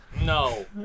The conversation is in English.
No